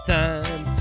time